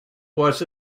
was